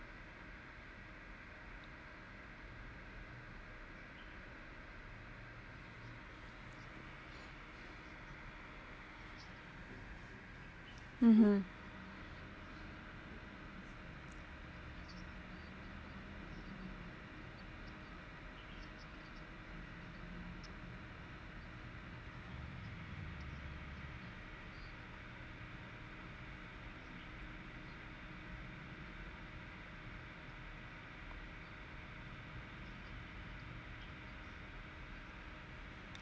mmhmm